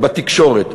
בתקשורת,